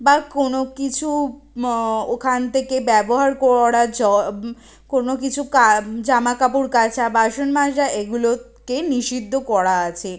বা কোনো কিছু ওখান থেকে ব্যবহার করা জ কোনো কিছু কা জামাকাপড় কাচা বাসন মাজা এগুলোকে নিষিদ্ধ করা আছে